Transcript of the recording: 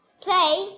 Play